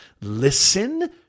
listen